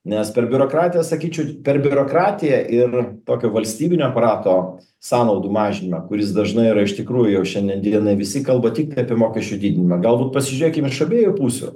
nes per biurokratiją sakyčiau per biurokratiją ir tokio valstybinio aparato sąnaudų mažinimą kuris dažnai yra iš tikrųjų jau šiandien dienai visi kalba tik apie mokesčių didinimą galbūt pažiūrėkim iš abiejų pusių